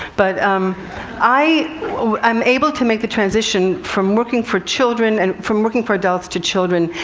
but um i am able to make the transition from working for children and from working for adults to children,